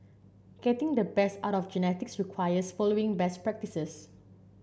getting the best out of the genetics requires following best practises